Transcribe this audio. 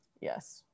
Yes